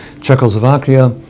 Czechoslovakia